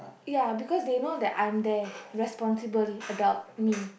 ya because they know that I'm there responsible adult me